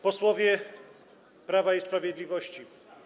Posłowie Prawa i Sprawiedliwości!